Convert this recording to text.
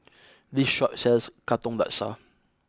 this shop sells Katong Laksa